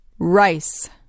Rice